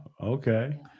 Okay